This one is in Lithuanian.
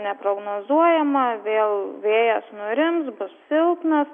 neprognozuojama vėl vėjas nurims bus silpnas